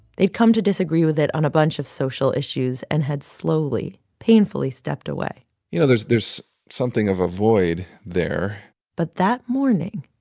they'd come to disagree with it on a bunch of social issues and had slowly, painfully stepped away you know, there's there's something of a void there but that morning,